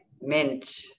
mint